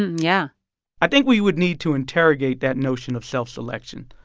yeah i think we would need to interrogate that notion of self-selection.